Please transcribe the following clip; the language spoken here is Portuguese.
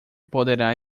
poderá